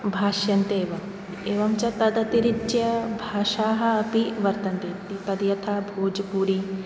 भाष्यन्ते एव एवञ्च तद् अतिरीच्य भाषाः अपि वर्तन्ते तद् यथा भोज्पुरी